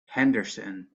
henderson